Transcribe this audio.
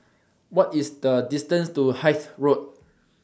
What IS The distance to Hythe Road